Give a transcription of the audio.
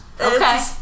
Okay